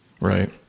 Right